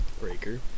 Breaker